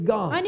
God